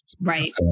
Right